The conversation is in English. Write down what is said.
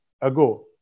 ago